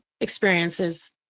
experiences